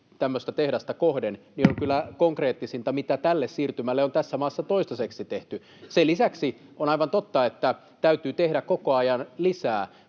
tämmöistä tehdasta kohden on kyllä konkreettisinta, mitä tälle siirtymälle on tässä maassa toistaiseksi tehty. Sen lisäksi on aivan totta, että täytyy tehdä koko ajan lisää.